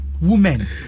women